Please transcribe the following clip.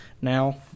Now